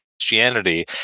Christianity